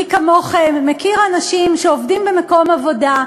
מי כמוכם מכיר אנשים שעובדים במקום עבודה,